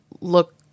look